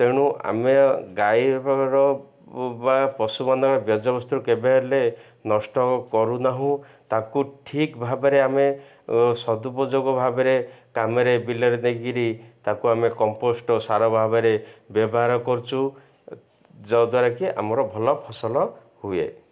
ତେଣୁ ଆମେ ଗାଈର ବା ପଶୁମାନନ୍ଧ ବର୍ଜ୍ୟବସ୍ତୁ କେବେ ହେଲେ ନଷ୍ଟ କରୁନାହୁଁ ତାକୁ ଠିକ୍ ଭାବରେ ଆମେ ସଦୁପଯୋଗ ଭାବରେ କାମରେ ବିଲରେ ଦେଇକିରି ତାକୁ ଆମେ କମ୍ପୋଷ୍ଟ୍ ସାର ଭାବରେ ବ୍ୟବହାର କରୁଛୁ ଯଦ୍ୱାରା କିି ଆମର ଭଲ ଫସଲ ହୁଏ